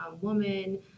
woman